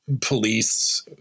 police